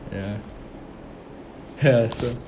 ya ya so